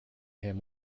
him